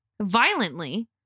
Violently